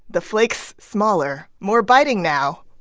the flakes smaller, more biting now,